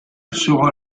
sera